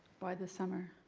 why the summer?